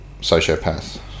sociopath